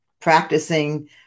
Practicing